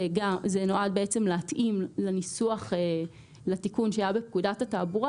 זה נועד להתאים לתיקון שהיה בפקודת התעבורה.